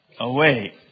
away